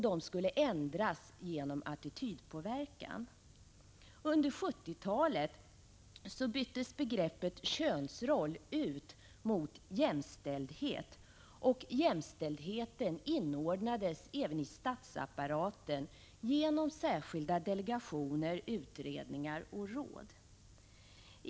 De skulle ändras genom attitydpåverkan. Under 1970-talet byttes begreppet könsroll ut mot jämställdhet. Jämställdheten inordnades även i statsapparaten genom särskilda delegationer, utredningar och råd.